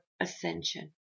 ascension